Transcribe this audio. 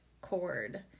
cord